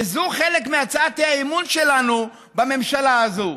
וזו חלק מהצעת האי-אמון שלנו בממשלה הזאת: